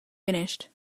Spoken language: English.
finished